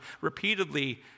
repeatedly